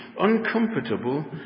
Uncomfortable